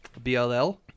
Bll